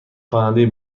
خواننده